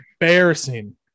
embarrassing